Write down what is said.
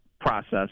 process